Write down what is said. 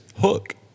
Hook